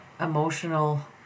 emotional